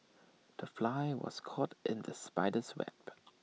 the fly was caught in the spider's web